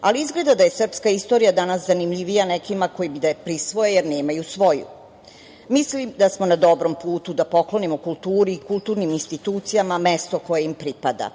Ali, izgleda da je srpska istorija danas zanimljivija nekima koji bi da je prisvoje, jer nemaju svoju. Mislim da smo na dobrom putu da poklonimo kulturi i kulturnim institucijama mesto koje im pripada,